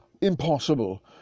impossible